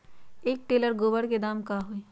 एक टेलर गोबर के दाम का होई?